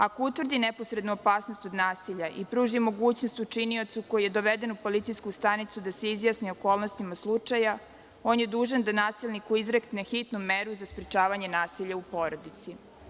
Ako utvrdi neposrednu opasnost od nasilja i pruži mogućnost učiniocu koji je doveden u policijsku stanicu da se izjasni o okolnostima slučaja, on je dužan da nasilniku izrekne hitnu meru za sprečavanje nasilja u porodici.